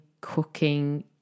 cooking